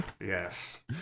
Yes